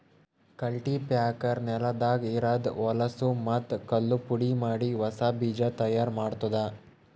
cultipacker ನೆಲದಾಗ ಇರದ್ ಹೊಲಸೂ ಮತ್ತ್ ಕಲ್ಲು ಪುಡಿಮಾಡಿ ಹೊಸಾ ಬೀಜ ತೈಯಾರ್ ಮಾಡ್ತುದ